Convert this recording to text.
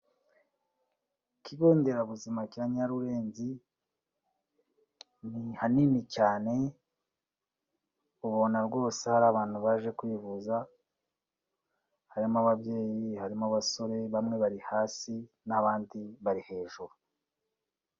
Ikigo nderabuzima cya Nyarurenzi ni ahanini cyane, ubona rwose hari abantu baje kwivuza, harimo ababyeyi, harimo abasore bamwe bari hasi n'abandi bari hejuru.